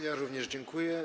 Ja również dziękuję.